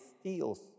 steals